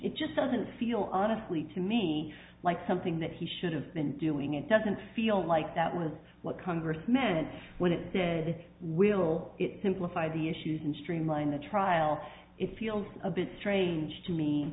it just doesn't feel honestly to me like something that he should have been doing it doesn't feel like that was what congress meant when it said will simplify the issues and streamline the trial it feels a bit strange to me